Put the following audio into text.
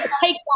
Take